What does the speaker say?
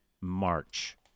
March